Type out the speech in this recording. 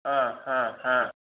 हा हा हा